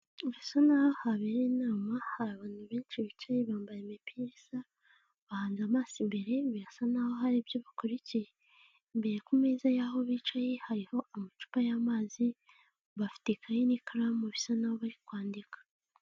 Birasa n'aho habereye inama, hari abantu benshi bicaye bambaye imipira isa, bahanze amaso imbere birasa n'aho hari ibyo bakurikiye. Imbere ku meza y'aho bicaye, hariho amacupa y'amazi bafite ikayi n'ikaramu bisa n'aho bari kwandika.